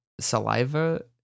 saliva